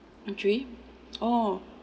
uh three oh